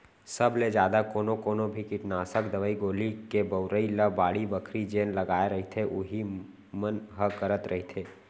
सब ले जादा कोनो कोनो भी कीटनासक दवई गोली के बउरई ल बाड़ी बखरी जेन लगाय रहिथे उही मन ह करत रहिथे